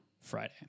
Friday